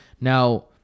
Now